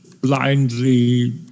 blindly